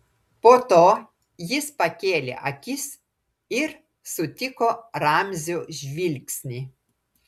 po to jis pakėlė akis ir sutiko ramzio žvilgsnį